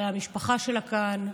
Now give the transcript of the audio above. המשפחה שלה כאן.